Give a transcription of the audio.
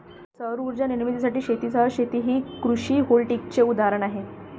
सौर उर्जा निर्मितीसाठी शेतीसह शेती हे कृषी व्होल्टेईकचे उदाहरण आहे